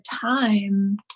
time